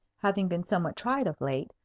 having been somewhat tried of late,